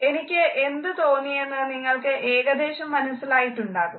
എനിക്ക് എന്ത് തോന്നിയെന്ന് നിങ്ങൾക്ക് ഏകദേശം മനസ്സിലായിട്ടുണ്ടാകും